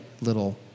little